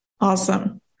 Awesome